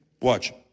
Watch